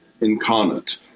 incarnate